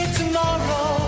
tomorrow